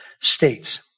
states